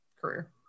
career